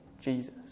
Jesus